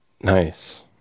Nice